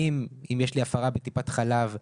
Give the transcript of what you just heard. אם יש לי הפרה בטיפת חלב בצפון,